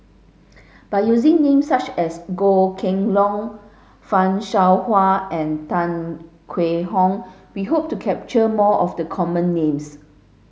by using names such as Goh Kheng Long Fan Shao Hua and Tan Hwee Hock we hope to capture more of the common names